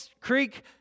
creek